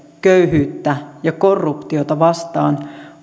köyhyyttä ja ja korruptiota vastaan